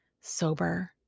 sober